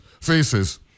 faces